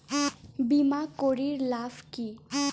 বিমা করির লাভ কি?